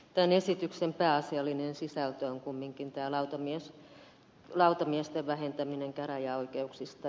tämän esityksen pääasiallinen sisältö on kuitenkin tämä lautamiesten vähentäminen käräjäoikeuksista